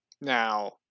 Now